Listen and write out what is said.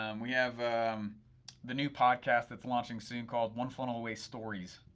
um we have the new podcast that's launching soon called one funnel away stories.